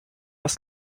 was